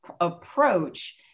approach